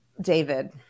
David